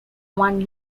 one